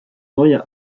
neue